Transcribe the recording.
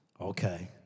Okay